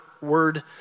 word